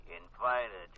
invited